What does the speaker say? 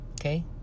Okay